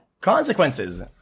consequences